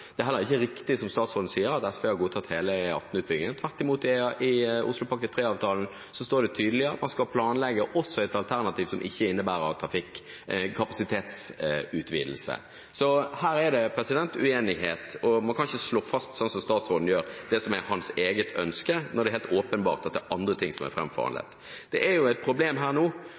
Det er heller ikke riktig, det som statsråden sier, at SV har godtatt hele E18-utbyggingen. Tvert imot, i Oslopakke 3-avtalen står det tydelig at man skal planlegge også et alternativ som ikke innebærer å ha trafikk, å ha kapasitetsutvidelse. Så her er det uenighet. Man kan ikke slå fast – som statsråden gjør – det som er hans eget ønske, når det er helt åpenbart at det er andre ting som er framforhandlet. Det er jo et problem her nå